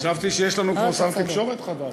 חשבתי שיש לנו כבר שר תקשורת חדש.